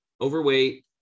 overweight